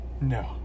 No